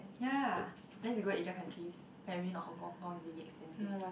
ya unless you go Asia country okay maybe not Hong-Kong Hong-Kong is really expensive